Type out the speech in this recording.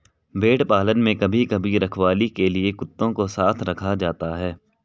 भेड़ पालन में कभी कभी रखवाली के लिए कुत्तों को साथ रखा जाता है